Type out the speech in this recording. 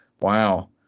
Wow